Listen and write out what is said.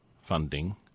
funding